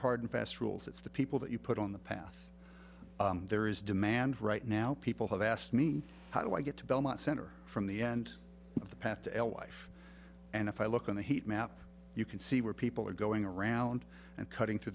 hard and fast rules it's the people that you put on the path there is demand right now people have asked me how do i get to belmont center from the end of the path to l life and if i look on the heat map you can see where people are going around and cutting through